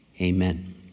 Amen